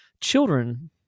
children